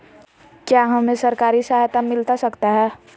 क्या हमे सरकारी सहायता मिलता सकता है?